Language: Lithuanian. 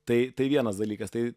tai tai vienas dalykas tai